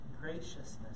graciousness